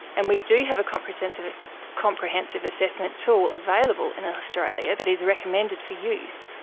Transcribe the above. and we do have a comprehensive comprehensive assessment tool available in australia that is recommended for use,